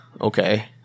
okay